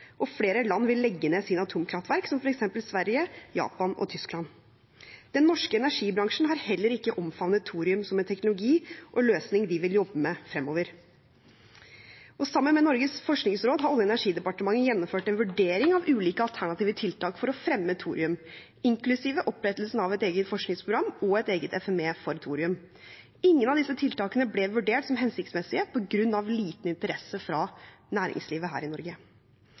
og flere land vil legge ned sin atomkraftverk, som f.eks. Sverige, Japan og Tyskland. Den norske energibransjen har heller ikke omfavnet thorium som en teknologi og løsning de vil jobbe med fremover. Sammen med Norges forskningsråd har Olje- og energidepartementet gjennomført en vurdering av ulike alternative tiltak for å fremme thorium, inklusiv opprettelsen av et eget forskningsprogram og et eget FME, forskningssenter for miljøvennlig energi, for thorium. Ingen av disse tiltakene ble vurdert som hensiktsmessige på grunn av liten interesse fra næringslivet her i Norge.